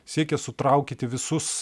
siekė sutraukyti visus